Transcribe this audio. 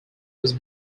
was